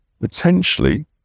potentially